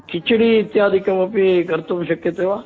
किच्डी इत्यादिकमपि कर्तुं शक्यते वा